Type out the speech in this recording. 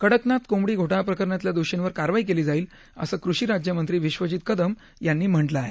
कडकनाथ कोंबडी घोटाळा प्रकरणातल्या दोषींवर कारवाई केली जाईल असं कृषी राज्यमंत्री विश्वजित कदम यांनी म्हटलं आहे